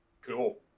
cool